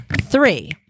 Three